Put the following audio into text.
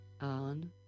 on